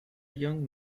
young